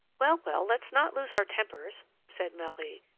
well, well, let's not lose our tempers, said marie,